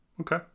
okay